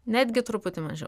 netgi truputį mažiau